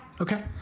Okay